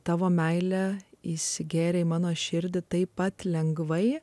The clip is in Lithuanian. tavo meilė įsigėrė į mano širdį taip pat lengvai